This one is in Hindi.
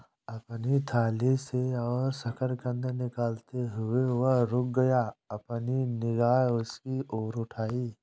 अपनी थाली से और शकरकंद निकालते हुए, वह रुक गया, अपनी निगाह उसकी ओर उठाई